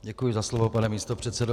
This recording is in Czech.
Děkuji za slovo, pane místopředsedo.